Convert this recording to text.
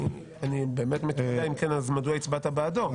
אני באמת תמה מדוע הצבעת בעדו.